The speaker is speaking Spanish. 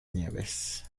nieves